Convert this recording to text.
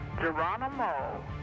Geronimo